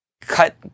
cut